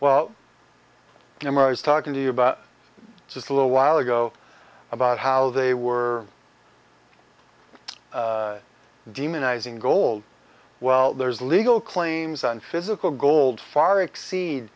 maria's talking to you about just a little while ago about how they were demonizing gold well there's legal claims on physical gold far exceed